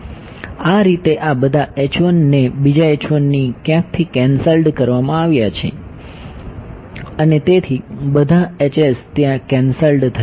આ રીતે આ બધા ને બીજા ની ક્યાંકથી કેન્સલ્ડ કરવામાં આવ્યા છે અને તેથી બધા Hs ત્યાં કેન્સલ્ડ થયા